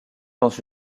dans